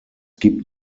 gibt